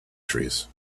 trees